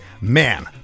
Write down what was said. man